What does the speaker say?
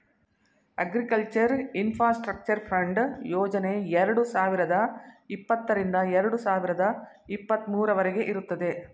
agriculture infrastructure fund ಯೋಜನೆ ಎರಡು ಸಾವಿರದ ಇಪ್ಪತ್ತರಿಂದ ಎರಡು ಸಾವಿರದ ಇಪ್ಪತ್ತ ಮೂರವರಗೆ ಇರುತ್ತದೆ